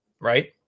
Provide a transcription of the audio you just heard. Right